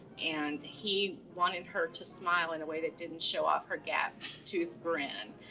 and he wanted her to smile in a way that didn't show off her gap tooth grin.